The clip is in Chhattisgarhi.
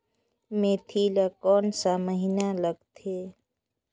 मेंथी ला कोन सा महीन लगथे?